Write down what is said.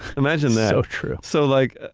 imagine that. so true. so like,